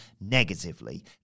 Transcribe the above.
negatively